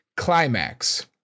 climax